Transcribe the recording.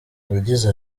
yagize